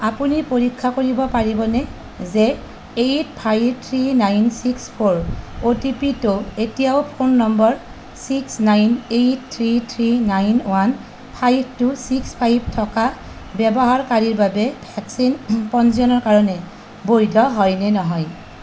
আপুনি পৰীক্ষা কৰিব পাৰিবনে যে eight five three nine six four অ'টিপিটো এতিয়াও phone number six nine eight three three nine one five two six five থকা ব্যৱহাৰকাৰীৰ বাবে ভেকচিন পঞ্জীয়নৰ কাৰণে বৈধ হয়নে নহয়